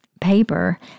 paper